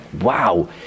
wow